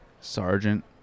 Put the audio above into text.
Sergeant